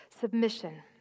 Submission